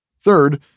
Third